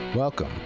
welcome